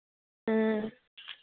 हाँ